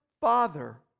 Father